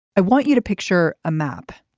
i want you to picture a map.